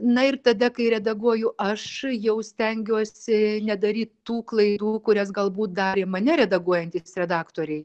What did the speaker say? na ir tada kai redaguoju aš jau stengiuosi nedaryt tų klaidų kurias galbūt darė mane redaguojantys redaktoriai